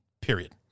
period